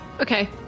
Okay